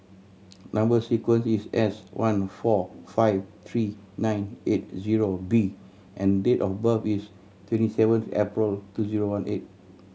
number sequence is S one four five three nine eight zero B and date of birth is twenty seventh April two zero one eight